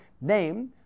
Name